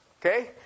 Okay